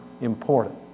important